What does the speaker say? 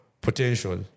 potential